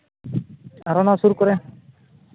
ᱟᱨ ᱚᱱᱟ ᱥᱩᱨ ᱠᱚᱨᱮ